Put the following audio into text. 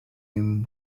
him